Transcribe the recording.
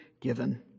given